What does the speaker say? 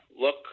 look